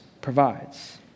provides